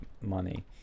money